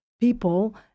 people